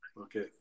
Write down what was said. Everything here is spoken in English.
Okay